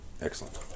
Excellent